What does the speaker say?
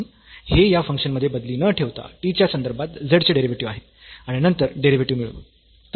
म्हणून हे या फंक्शन मध्ये बदली न ठेवता t च्या संदर्भात z चे डेरिव्हेटिव्ह आहे आणि नंतर डेरिव्हेटिव्ह मिळवू